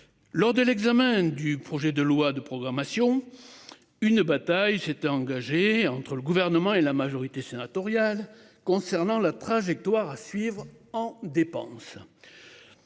Lors de l'examen du projet de loi de programmation. Une bataille s'est engagée entre le gouvernement et la majorité sénatoriale concernant la trajectoire à suivre en dépenses.